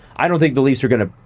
i don't think the leafs are gonna.